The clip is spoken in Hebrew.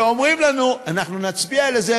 ואומרים לנו: אנחנו נצביע לזה,